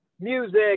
music